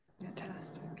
Fantastic